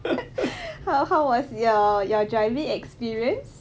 how how was your your driving experience